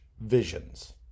visions